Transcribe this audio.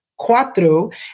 cuatro